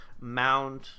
mound